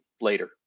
later